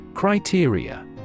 Criteria